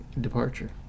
departure